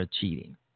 cheating